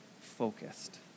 focused